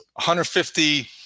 150